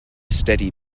steady